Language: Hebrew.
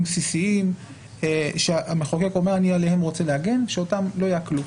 בסיסיים שהמחוקק אומר שהוא רוצה להגן עליהם ושאותם לא יעקלו.